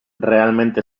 realmente